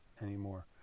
anymore